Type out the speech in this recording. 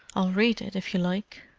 i'll read it, if you like.